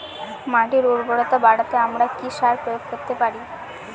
মাটির উর্বরতা বাড়াতে আমরা কি সার প্রয়োগ করতে পারি?